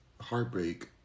heartbreak